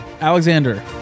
Alexander